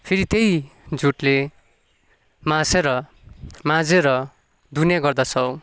फेरि त्यही जुटले मासेर माझेर धुने गर्दछौँ